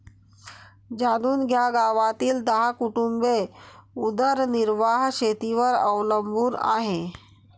जाणून घ्या गावातील दहा कुटुंबे उदरनिर्वाह शेतीवर अवलंबून आहे